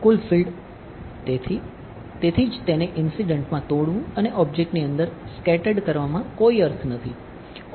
કુલ field છે જે આ સમીકરણનો ઉકેલ છે